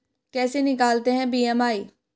कैसे निकालते हैं बी.एम.आई?